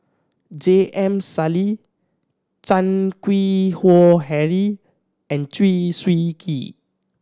J M Sali Chan Keng Howe Harry and Chew Swee Kee